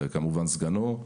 וכמובן סגנו.